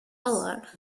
hour